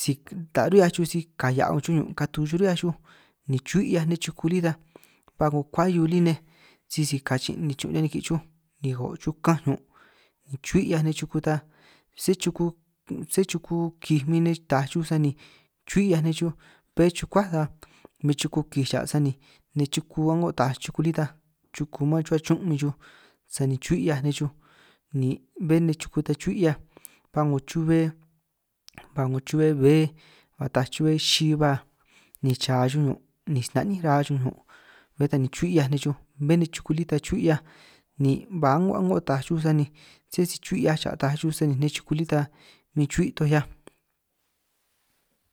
si taj run' 'hiaj xuj si kahia' 'ngo xuj ñun' katu xuj ru'hiaj xuj ni chu'bi 'hiaj nej chuku lí ta, ba 'ngo kuahiu lí nej sisi kachin' nichun' riñan nikin' xuj ni ko' chuj kanj ñun', chu'bi 'hiaj nej chuku taj sé chuku sé chuku kij min nej ta'aj xuj sani chu'bi 'hiaj nej xuj, bé chukuá bin ta min chuku kij cha sani ni chuku a'ngo taaj chuku lí ta chuku man chuhua chuún' min nej xuj, sani chu'bi 'hiaj nej xuj ni bé nej chuku ta chu'bi 'hiaj ba 'ngo chu'be bbé ba taaj chu'be xi ba, ni cha xuj ñun' ni si na'nín ra'a xuj ñun' bé ta ni chu'bi 'hiaj nej xuj, bé nej chuku lí ta chu'bi 'hiaj ni ba a'ngo a'ngo taaj xuj, sani sé si chu'bi 'hiaj cha taaj xuj nej chuku lí ta min chu'bi' toj 'hiaj.